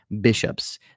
bishops